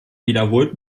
wiederholt